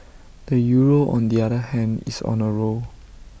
the euro on the other hand is on A roll